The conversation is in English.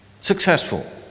Successful